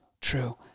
true